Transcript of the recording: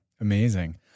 Amazing